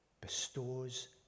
bestows